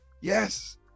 yes